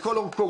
לכל אורכו,